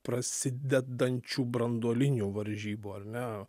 prasidedančių branduolinių varžybų ar ne